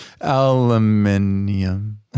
Aluminium